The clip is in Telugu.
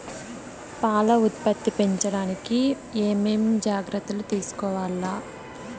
పాల ఉత్పత్తి పెంచడానికి ఏమేం జాగ్రత్తలు తీసుకోవల్ల?